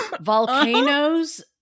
volcanoes